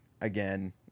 again